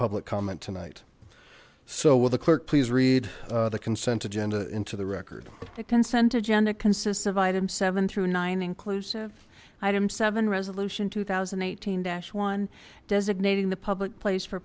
public comment tonight so will the clerk please read the consent agenda into the record the consent agenda consists of item seven through nine inclusive item seven resolution two thousand and eighteen one designating the public place for